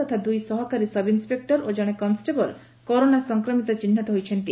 ତଥା ଦୁଇ ସହକାରୀ ସବ୍ଇନିପେକୁର ଓ ଜଣେ କନଷ୍ଟେବଳ କରୋନା ସଂକ୍ରମିତ ଚିହୁଟ ହୋଇଛନ୍ତି